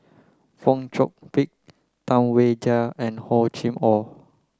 Fong Chong Pik Tam Wai Jia and Hor Chim Or